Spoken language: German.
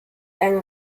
ein